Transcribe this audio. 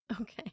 Okay